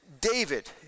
David